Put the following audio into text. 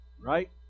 right